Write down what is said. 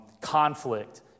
conflict